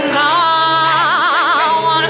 now